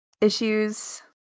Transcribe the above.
issues